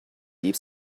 deep